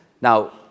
now